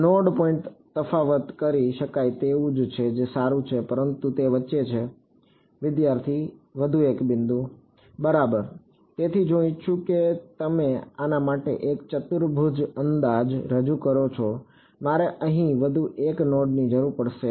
node point પર તફાવત કરી શકાય તેવું છે જે સારું છે પરંતુ તે વચ્ચે છે વિદ્યાર્થી વધુ એક બિંદુ બરાબર તેથી જો હું ઇચ્છું છું કે તમે આના માટે એક ચતુર્ભુજ અંદાજ રજૂ કરો તો મારે અહીં વધુ એક નોડની જરૂર પડશે